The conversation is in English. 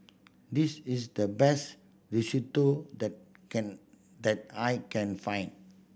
this is the best Risotto that can that I can find